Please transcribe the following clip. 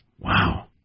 Wow